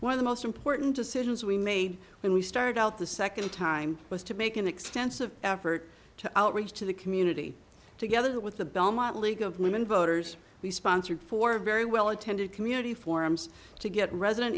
one of the most important decisions we made when we started out the second time was to make an extensive effort to outreach to the community together with the belmont league of women voters we sponsored four very well attended community forums to get resident